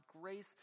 grace